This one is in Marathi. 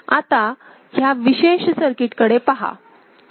आता ह्या विशेष सर्किट कडे पहा